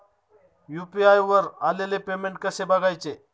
UPI वर आलेले payment कसे बघायचे?